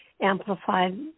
amplified